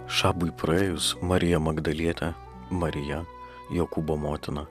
šabui praėjus marija magdalietė marija jokūbo motina